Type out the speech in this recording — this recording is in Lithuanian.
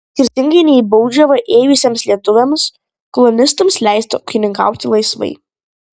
skirtingai nei baudžiavą ėjusiems lietuviams kolonistams leista ūkininkauti laisvai